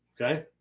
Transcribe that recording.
okay